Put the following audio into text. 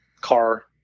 car